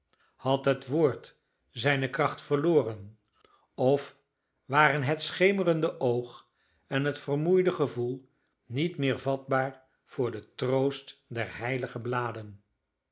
had het woord zijne kracht verloren of waren het schemerende oog en het vermoeide gevoel niet meer vatbaar voor den troost der heilige bladen